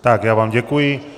Tak já vám děkuji.